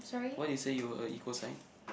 why did you say you were a equal sign